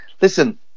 listen